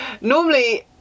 normally